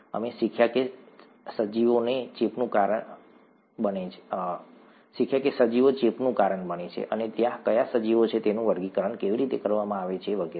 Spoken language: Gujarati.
અમે શીખ્યા કે સજીવો ચેપનું કારણ બને છે અને ત્યાં કયા સજીવો છે તેનું વર્ગીકરણ કેવી રીતે કરવામાં આવે છે વગેરે